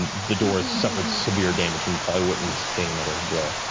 the door suffered severe damage and probably wouldn't sustain another and blow.